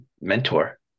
mentor